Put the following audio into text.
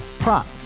Prop